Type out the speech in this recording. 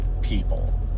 people